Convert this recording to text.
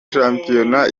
shampiyona